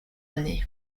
année